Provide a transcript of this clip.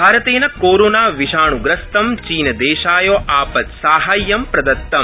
भारतेन कोरोनाविषाण्यस्तं चीनदेशाय आपात्साहाय्यं प्रदतम्